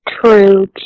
true